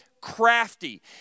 crafty